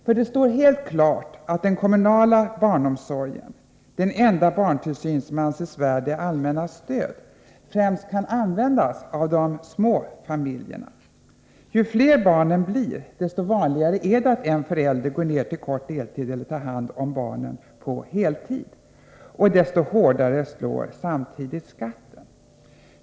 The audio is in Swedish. För det är helt klart att den kommunala barnomsorgen, den enda barntillsyn som anses värd det allmännas stöd, främst kan användas av de små familjerna. Ju fler barnen blir, desto vanligare är det att en förälder går ned till kort deltid eller tar hand om barnen på heltid. Desto hårdare slår samtidigt skatten.